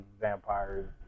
vampires